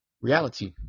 reality